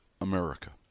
America